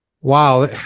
Wow